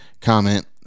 comment